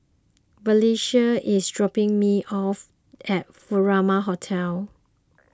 Valencia is dropping me off at Furama Hotel